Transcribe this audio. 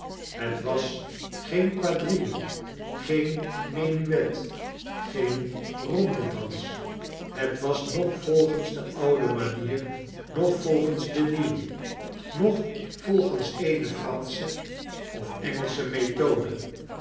het was geen quadrille geen menuet geen rondedans het was noch volgens de oude manier noch volgens de ndeuwe nooh volgens aene fransche of engelsche method